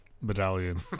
medallion